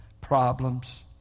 problems